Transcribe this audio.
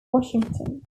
washington